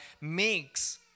makes